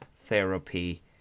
therapy